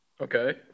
Okay